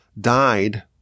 died